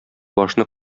башны